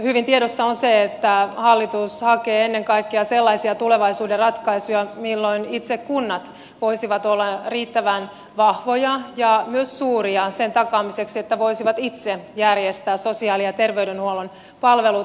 hyvin tiedossa on se että hallitus hakee ennen kaikkea sellaisia tulevaisuuden ratkaisuja milloin itse kunnat voisivat olla riittävän vahvoja ja myös suuria sen takaamiseksi että voisivat itse järjestää sosiaali ja terveydenhuollon palvelut